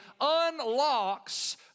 unlocks